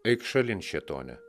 eik šalin šėtone